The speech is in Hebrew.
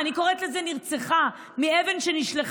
נרצחה, אני קוראת לזה נרצחה, מאבן שנזרקה.